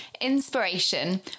inspiration